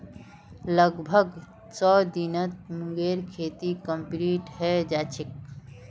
लगभग सौ दिनत मूंगेर खेती कंप्लीट हैं जाछेक